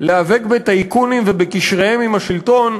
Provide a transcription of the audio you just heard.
להיאבק בטייקונים ובקשריהם עם השלטון,